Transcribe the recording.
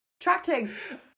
Tracting